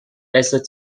besser